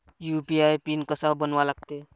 UPI pin कसा बनवा लागते?